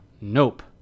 nope